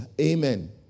Amen